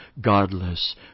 godless